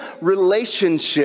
relationship